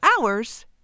hours